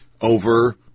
over